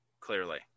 Clearly